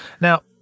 Now